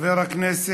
החשש